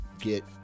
get